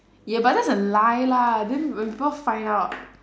ya but that's a lie lah then we both find out